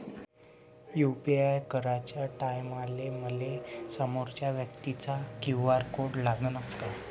UPI कराच्या टायमाले मले समोरच्या व्यक्तीचा क्यू.आर कोड लागनच का?